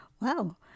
wow